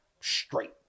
straight